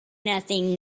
nothing